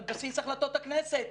על בסיס החלטות הכנסת,